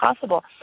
possible